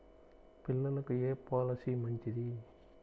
పిల్లలకు ఏ పొలసీ మంచిది?